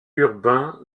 urbain